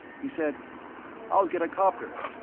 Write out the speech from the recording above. he said i'll get a copter,